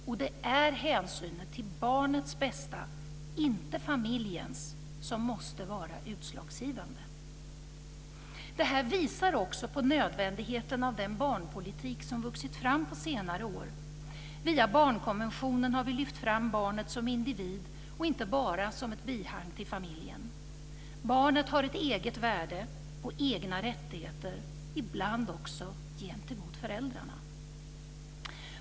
Och det är hänsynen till barnets bästa, inte familjens, som måste vara utslagsgivande. Det här visar också på nödvändigheten av den barnpolitik som har vuxit fram på senare år. Via barnkonventionen har vi lyft fram barnet som individ och inte bara som bihang till familjen. Barnet har ett eget värde och egna rättigheter, ibland också gentemot föräldrarna.